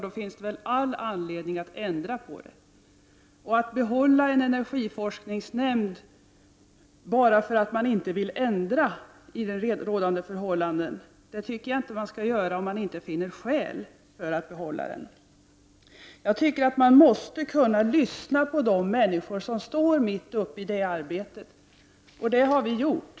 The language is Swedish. Då finns det väl all anledning att ändra på detta. Jag tycker inte att man skall behålla en energiforskningsnämnd bara för att man inte vill ändra på rådande förhållanden. Man måste enligt min mening kunna lyssna på de människor som står mitt uppe i detta arbete, och det har vi gjort.